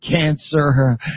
cancer